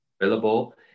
available